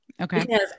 Okay